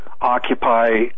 occupy